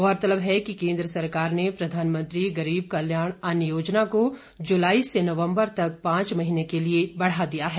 गौरलतब है कि केन्द्र सरकार ने प्रधानमंत्री गरीब कल्याण अन्न योजना को जुलाई से नवम्बर तक पांच महीने के लिए बढ़ा दिया है